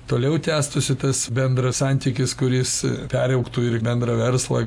toliau tęstųsi tas bendras santykis kuris peraugtų ir į bendrą verslą